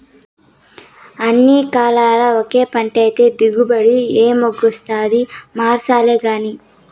అన్ని కాలాల్ల ఒకే పంటైతే దిగుబడి ఏమొస్తాది మార్సాల్లగానీ